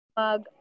mag